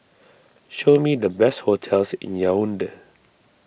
show me the best hotels in Yaounde